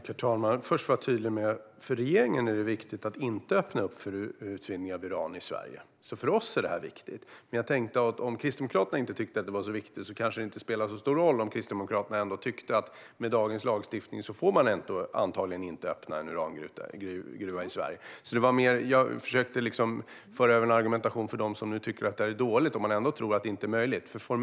Herr talman! Först vill jag vara tydlig med att det för regeringen är viktigt att inte öppna för utvinning av uran i Sverige. Men om nu ni i Kristdemokraterna inte tycker att det är så viktigt tänkte jag att det kanske inte spelar så stor roll, om ni ändå ser det som att man med dagens lagstiftning antagligen inte får öppna en urangruva i Sverige. Jag försökte föra en argumentation gentemot dem som tycker att det här är ett dåligt förslag men tror att det ändå inte är möjligt med uranbrytning.